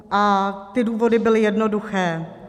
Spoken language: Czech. A ty důvody byly jednoduché.